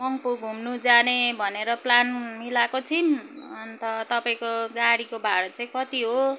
मङ्पू घुम्न जाने भनेर प्लान मिलाएको थियौँ अन्त तपाईँको गाडीको भाडा चाहिँ कति हो